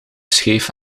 scheef